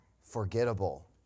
forgettable